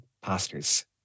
pastors